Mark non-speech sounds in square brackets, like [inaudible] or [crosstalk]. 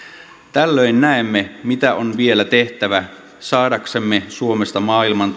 tällöin näemme mitä on vielä tehtävä saadaksemme suomesta maailman [unintelligible]